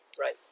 Right